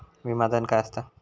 विमा धन काय असता?